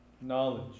knowledge